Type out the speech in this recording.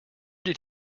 did